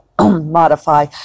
modify